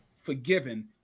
forgiven